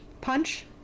punch